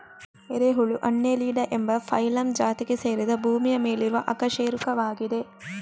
ಎರೆಹುಳು ಅನ್ನೆಲಿಡಾ ಎಂಬ ಫೈಲಮ್ ಜಾತಿಗೆ ಸೇರಿದ ಭೂಮಿಯ ಮೇಲಿರುವ ಅಕಶೇರುಕವಾಗಿದೆ